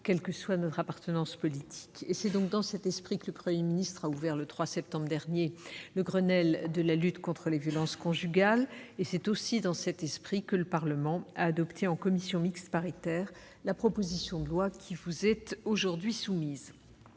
quelle que soit notre appartenance politique. C'est dans cet esprit que le Premier ministre a ouvert, le 3 septembre dernier, le Grenelle contre les violences conjugales et que le Parlement a adopté, en commission mixte paritaire, la proposition de loi qui vous est aujourd'hui soumise.